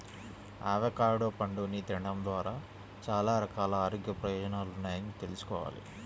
avocado పండుని తినడం ద్వారా చాలా రకాల ఆరోగ్య ప్రయోజనాలున్నాయని తెల్సుకోవాలి